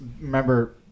remember